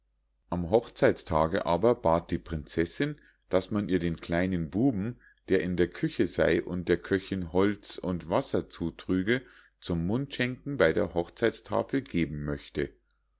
am hochzeitstage aber bat die prinzessinn daß man ihr den kleinen buben der in der küche sei und der köchinn holz und wasser zutrüge zum mundschenken bei der hochzeitstafel geben möchte